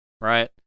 right